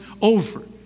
over